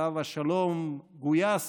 עליו השלום, גויס